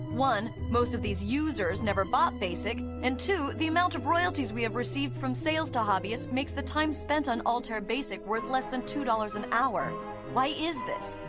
one most of these users never bought basic, and two the amount of royalties we have received from sales to hobbyists makes the time spent on of altair basic worth less than two dollars an hour why is this?